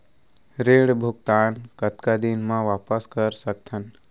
ऋण भुगतान कतका दिन म वापस कर सकथन?